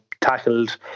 tackled